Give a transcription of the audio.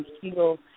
heal